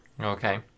okay